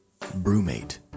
Brewmate